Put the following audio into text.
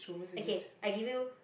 okay I give you